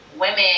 women